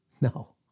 No